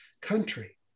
country